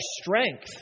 strength